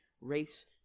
race